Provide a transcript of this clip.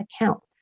account